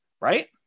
Right